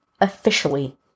officially